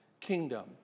kingdom